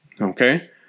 Okay